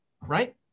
Right